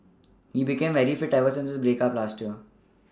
he became very fit ever since his break up last year